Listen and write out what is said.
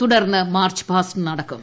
തുടർന്ന് march past നടക്കും